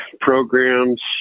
programs